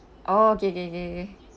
oh okay okay okay okay